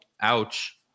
ouch